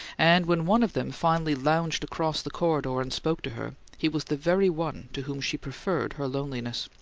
and when one of them finally lounged across the corridor and spoke to her, he was the very one to whom she preferred her loneliness.